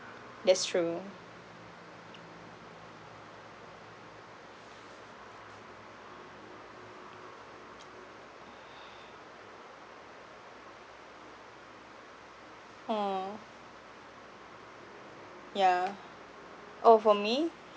that's true mm yeah oh for me